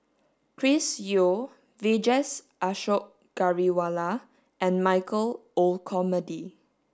Chris Yeo Vijesh Ashok Ghariwala and Michael Olcomendy